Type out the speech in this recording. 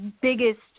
biggest